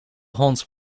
hond